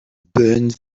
burned